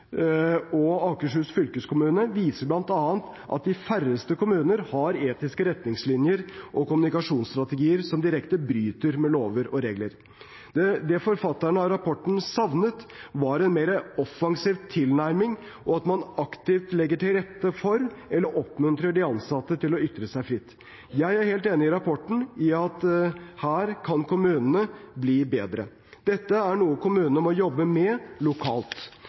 og Akershus fylkeskommune, viser bl.a. at de færreste kommuner har etiske retningslinjer og kommunikasjonsstrategier som direkte bryter med lover og regler. Det forfatterne av rapporten savnet, var en mer offensiv tilnærming og at man aktiv legger til rette for eller oppmuntrer de ansatte til å ytre seg fritt. Jeg er helt enig med rapporten i at her kan kommunene bli bedre. Dette er noe kommunene må jobbe med lokalt,